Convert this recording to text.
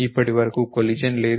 ఇప్పటివరకు కొలిషన్ లేదు